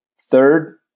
Third